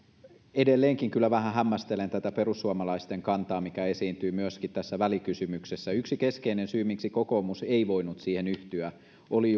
edelleenkin kyllä vähän hämmästelen tätä perussuomalaisten kantaa mikä esiintyy myöskin tässä välikysymyksessä yksi keskeinen syy miksi kokoomus ei voinut siihen yhtyä oli